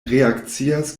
reakcias